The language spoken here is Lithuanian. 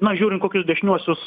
na žiūrin kokius dešiniuosius